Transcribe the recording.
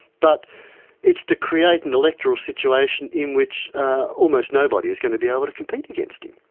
but it's to create an electoral situation in which almost nobody is going to be able to compete against him.